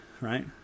right